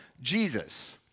Jesus